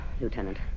Lieutenant